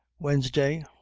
wednesday,